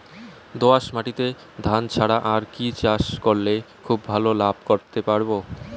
দোয়াস মাটিতে ধান ছাড়া আর কি চাষ করলে খুব ভাল লাভ করতে পারব?